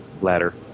ladder